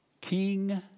King